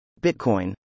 Bitcoin